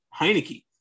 Heineke